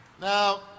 Now